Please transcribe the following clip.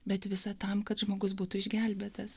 bet visa tam kad žmogus būtų išgelbėtas